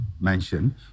mention